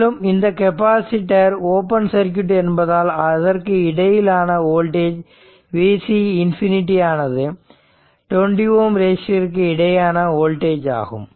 மேலும் இந்த capacitor open circuit என்பதால் அதற்கு இடையில் ஆன வோல்டேஜ் Vc ∞ ஆனது 20 ஓம் ரெசிஸ்டருக்கு இடையேயான வோல்டேஜ் ஆகும்